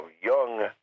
young